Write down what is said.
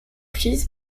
fils